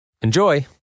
Enjoy